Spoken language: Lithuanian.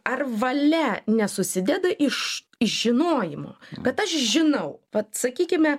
ar valia nesusideda iš žinojimo kad aš žinau vat sakykime